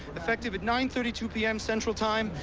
effective at nine thirty two p m, central time,